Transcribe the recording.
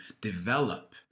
develop